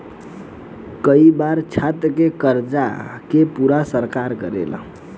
कई बार छात्र के कर्जा के पूरा सरकार करेले